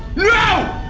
no.